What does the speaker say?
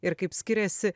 ir kaip skiriasi